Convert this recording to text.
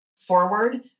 Forward